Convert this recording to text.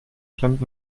klemmt